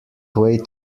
wait